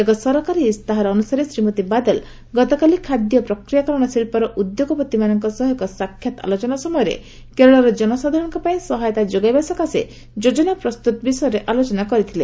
ଏକ ସରକାରୀ ଇସ୍ତାହାର ଅନୁସାରେ ଶ୍ରୀମତୀ ବାଦଲ ଗତକାଲି ଖାଦ୍ୟ ପ୍ରକ୍ରିୟାକରଣ ଶିଳ୍ପର ଉଦ୍ୟୋଗପତିମାନଙ୍କ ସହ ଏକ ସାକ୍ଷାତ୍ ଆଲୋଚନା ସମୟରେ କେରଳର ଜନସାଧାରଣଙ୍କ ପାଇଁ ସହାୟତା ଯୋଗାଇବା ସକାଶେ ଯୋଜନା ପ୍ରସ୍ତୁତ ବିଷୟରେ ଆଲୋଚନା କରିଥିଲେ